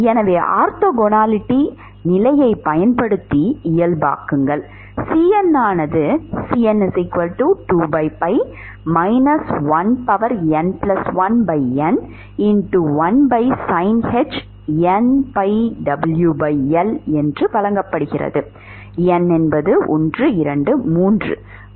எனவே ஆர்த்தோகனாலிட்டி நிலையைப் பயன்படுத்தி இயல்பாக்குங்கள் Cn ஆனதுCn2n1n1sinh⁡nπwL வழங்கப்படுகிறது n1 2 3 முதலியவற்றிலிருந்து